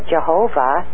Jehovah